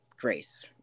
Grace